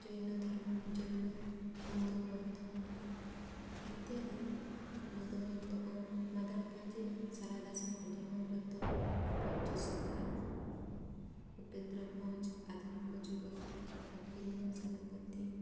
ଜୈନଧର୍ମ ଜୈନ ବୌଦ୍ଧ ଗ୍ରନ୍ଥ ଇତ୍ୟାଦି ବୌଦ୍ଧ ଗ୍ରନ୍ଥ ଓ ମାଦଳପାଞ୍ଜି ସାରଳା ଦାସଙ୍କ ଓଡ଼ିଆ ମହାଭାରତ ପଞ୍ଚସଖା ଉପେନ୍ଦ୍ରଭଞ୍ଜ ଆଧୁନିକ ଯୁଗ ଫକୀରମୋହନ ସେନାପତି